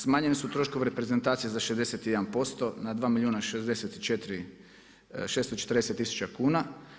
Smanjeni su troškovi reprezentacije za 61% na 2 milijuna 640 tisuća kuna.